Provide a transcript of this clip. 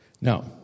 Now